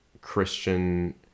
Christian